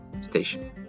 station